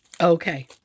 okay